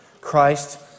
Christ